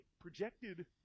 projected